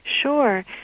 Sure